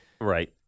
Right